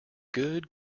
good